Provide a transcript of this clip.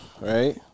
right